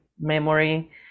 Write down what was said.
memory